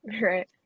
Right